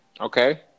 Okay